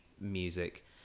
music